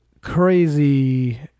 crazy